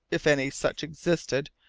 if any such existed,